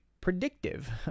predictive